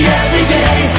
everyday